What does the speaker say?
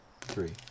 three